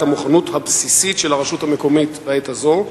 המוכנות הבסיסית של הרשות המקומית בעת זו?